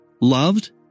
Loved